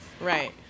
Right